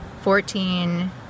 fourteen